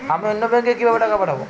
আমি অন্য ব্যাংকে কিভাবে টাকা পাঠাব?